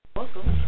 Welcome